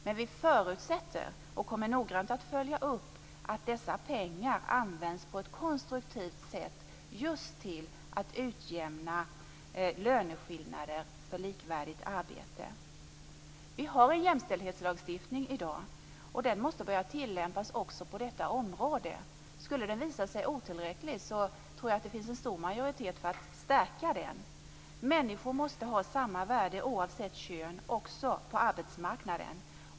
Men vi förutsätter och kommer noga att följa upp att dessa pengar används på ett konstruktivt sätt just till att utjämna löneskillnader för likvärdigt arbete. Vi har i dag en jämställdhetslagstiftning, och den måste börja tillämpas också på detta område. Skulle den visa sig otillräcklig tror jag att det skulle finnas en stor majoritet för att skärpa den. Människor måste ha samma värde oavsett kön också på arbetsmarknaden.